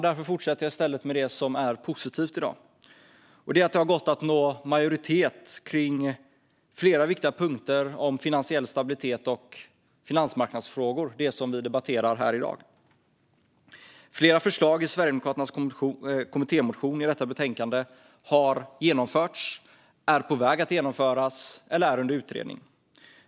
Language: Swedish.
Därför fortsätter jag i stället med det som är positivt i dag, nämligen att det har gått att nå majoritet för flera viktiga punkter om finansiell stabilitet och finansmarknadsfrågor - det som vi debatterar i dag. Flera förslag i Sverigedemokraternas kommittémotion, som finns med till detta betänkande, har genomförts, är på väg att genomföras eller är under utredning.